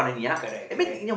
correct correct